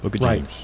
Right